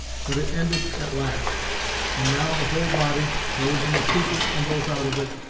but it ended at last and now the whole body, those in the secret and those out of it,